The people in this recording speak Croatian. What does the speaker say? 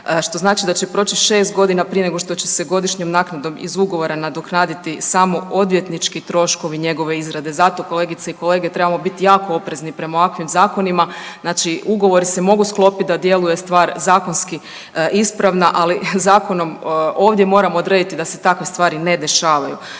što znači da će proći 6 godina prije nego što će se godišnjom naknadom iz ugovora nadoknaditi samo odvjetnički troškovi njegove izrade. Zato, kolegice i kolege, trebamo biti jako oprezni prema ovakvim zakonima, znači ugovori se mogu sklopiti da djeluje stvar zakonski ispravna, ali zakonom ovdje moramo odrediti da se takve stvari ne dešavaju.